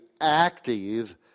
active